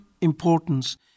importance